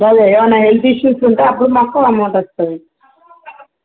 అదే ఏమన్నహెల్త్ ఇష్యూస్ ఉంటే అప్పుడుమాకు అమౌంట్ వస్తుంది